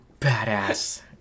badass